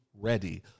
ready